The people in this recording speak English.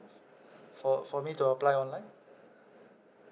for for me to apply online